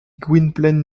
gwynplaine